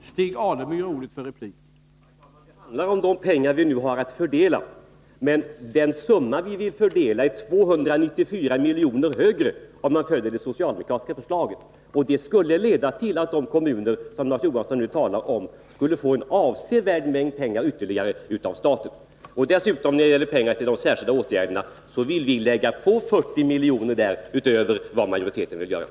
Herr talman! Det handlar om de pengar vi nu har att fördela. Men om det socialdemokratiska förslaget följs, så blir summan att fördela 294 milj.kr. högre. Det skulle leda till att de kommuner som Larz Johansson talar om fick en avsevärd mängd pengar ytterligare av staten. Beträffande pengar till de särskilda åtgärderna vill vi lägga till 40 milj.kr. utöver majoritetens förslag.